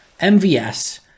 MVS